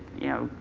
you know,